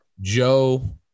Joe